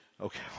okay